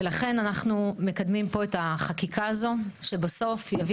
ולכן אנחנו מקדמים פה את החקיקה הזאת שבסוף תביא